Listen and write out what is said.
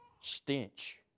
stench